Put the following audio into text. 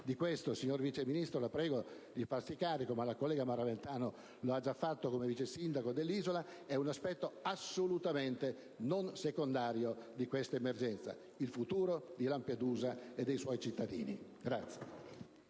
Di questo, signor Sottosegretario, la prego di farsi carico (e la collega Maraventano l'ha già sollecitata, come vice sindaco dell'isola), perché è un aspetto assolutamente non secondario di questa emergenza: il futuro di Lampedusa e dei suoi cittadini.